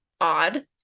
odd